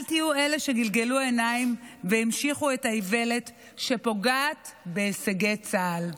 אל תהיו אלה שגלגלו עיניים והמשיכו את האיוולת שפוגעת בהישגי צה"ל.